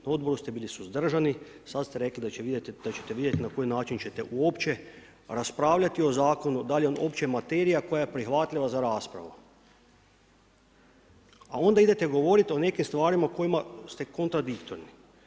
Na odboru ste bili suzdržani, sad ste rekli da ćete vidjeti na koji način ćete uopće raspravljati o zakonu, dal' je on uopće materija koja je prihvatljiva za raspravu. a onda idete govoriti o nekim stvarima o kojima ste kontradiktorni.